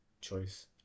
choice